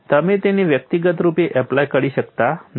તમે તેને વ્યક્તિગત રૂપે એપ્લાય કરી શકતા નથી